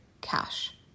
cash